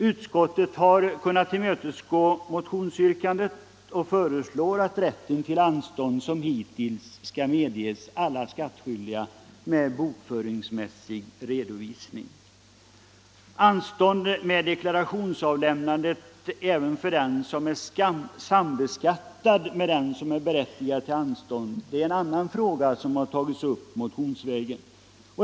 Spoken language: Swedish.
Utskottet har kunnat tillmötesgå motionsyrkandet och föreslår att rätten till anstånd liksom hittills skall medges alla skattskyldiga med bokföringsmässig redovisning. Anstånd med deklarationsavlämnande även för den som är sambeskattad med den som är berättigad till anstånd är en annan fråga som har tagits upp motionsvägen.